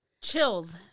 Chills